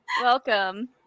welcome